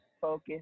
focus